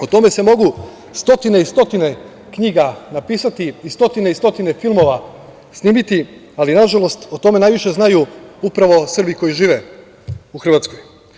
O tome se mogu stotine i stotine knjiga napisati i stotine i stotine filmova snimiti, ali, nažalost, o tome najviše znaju upravo Srbi koji žive u Hrvatskoj.